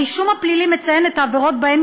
הרישום הפלילי מציין את העבירות שבהן